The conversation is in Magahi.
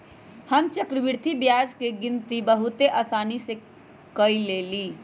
हम चक्रवृद्धि ब्याज के गिनति बहुते असानी से क लेईले